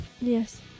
Yes